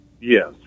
Yes